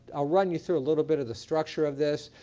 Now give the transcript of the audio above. i'll run you through a little bit of the structure of this.